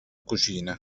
cucina